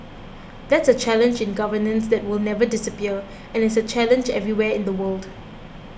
that's a challenge in governance that will never disappear and is a challenge everywhere in the world